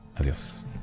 Adiós